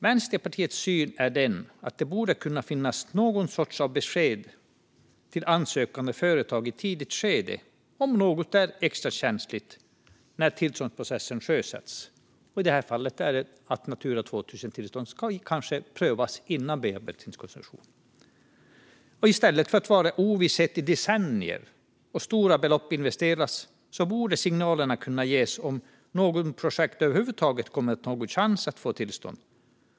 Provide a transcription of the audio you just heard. Vänsterpartiets syn är den att det borde kunna finnas någon sorts besked till ansökande företag i ett tidigt skede om något är extra känsligt när tillståndsprocessen sjösätts, i det här fallet att Natura 2000-tillstånd kanske ska prövas innan bearbetningskoncession. I stället för att man ska sväva i ovisshet i decennier medan stora belopp investeras borde signaler kunna ges om ett projekt över huvud taget kommer att ha någon chans att få tillstånd.